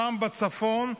שם בצפון,